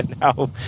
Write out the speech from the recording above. now